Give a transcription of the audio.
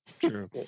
True